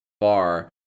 far